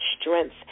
strength